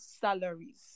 salaries